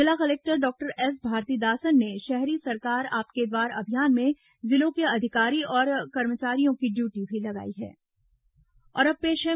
जिला collector doctor S Bharathidasan ने शहरी सरकार आपके द्वार अभियान में जिलों के अधिकारी और कर्मचारियों की ड्यूटी भी लगाई है